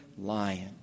lion